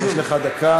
יש לך דקה.